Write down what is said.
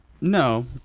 No